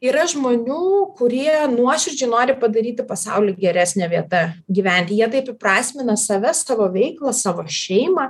yra žmonių kurie nuoširdžiai nori padaryti pasaulį geresne vieta gyventi jie taip įprasmina save savo veiklą savo šeimą